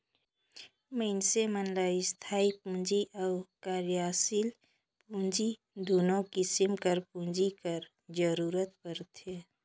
मइनसे मन ल इस्थाई पूंजी अउ कारयसील पूंजी दुनो किसिम कर पूंजी कर जरूरत परथे